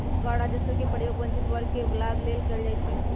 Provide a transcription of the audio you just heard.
कर राजस्व के प्रयोग वंचित वर्ग के लाभ लेल कएल जाइ छइ